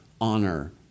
honor